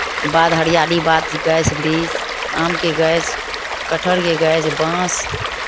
बाध हरियाली बाध गाछ वृक्ष आमके गाछ कटहरके गाछ बाँस